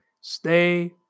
Stay